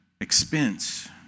expense